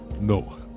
No